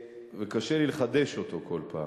וקשה לי לחדש אותו כל פעם.